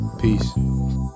peace